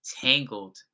tangled